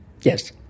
Yes